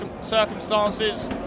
circumstances